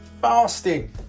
fasting